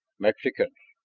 mexicans.